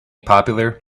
popular